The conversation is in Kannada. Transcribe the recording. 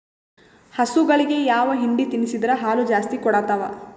ಹಸುಗಳಿಗೆ ಯಾವ ಹಿಂಡಿ ತಿನ್ಸಿದರ ಹಾಲು ಜಾಸ್ತಿ ಕೊಡತಾವಾ?